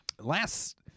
Last